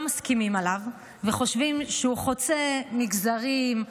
מסכימים עליו וחושבים שהוא חוצה מגזרים,